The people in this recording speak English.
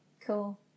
cool